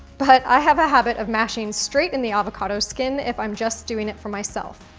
but i have a habit of mashing straight in the avocado skin if i'm just doing it for myself.